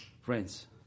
friends